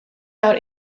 out